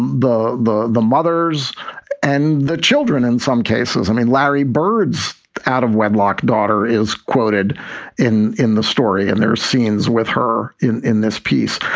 the the mothers and the children in some cases. i mean, larry bird out of wedlock daughter is quoted in in the story and there are scenes with her in in this piece.